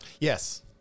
Yes